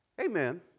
Amen